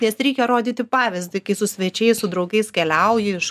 nes reikia rodyti pavyzdį kai su svečiais su draugais keliauji iš